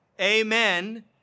amen